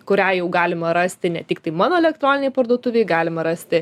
kurią jau galima rasti ne tiktai mano elektroninėj parduotuvėj galima rasti